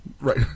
Right